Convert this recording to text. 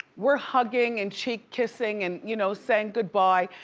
we're hugging and cheek kissing and you know saying goodbye,